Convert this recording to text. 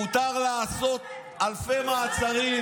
מותר לעשות אלפי מעצרים.